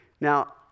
Now